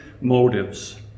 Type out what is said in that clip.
motives